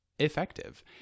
Effective